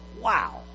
Wow